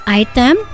item